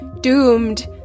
doomed